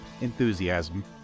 enthusiasm